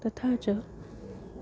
तथा च